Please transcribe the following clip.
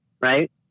Right